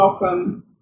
welcome